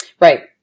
Right